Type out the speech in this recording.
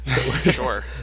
Sure